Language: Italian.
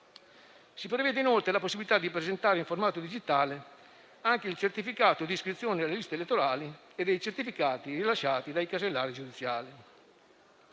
Si prevede inoltre la possibilità di presentare in formato digitale anche il certificato di iscrizione alle liste elettorali e i certificati rilasciati dai casellari giudiziali.